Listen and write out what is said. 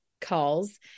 calls